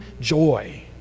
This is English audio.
joy